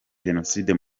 jenoside